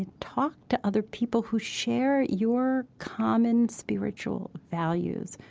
talk to other people who share your common spiritual values,